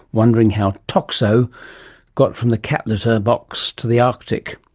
wondering how toxo got from the cat litter box to the arctic.